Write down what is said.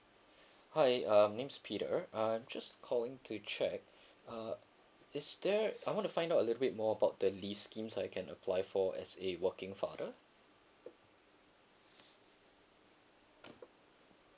hi um name's peter I'm just calling to check uh is there I wanna find out a little bit more about the list schemes I can apply for as a working father